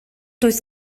does